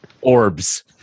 Orbs